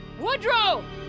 Woodrow